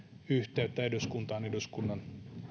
yhteyttä eduskuntaan eduskunnan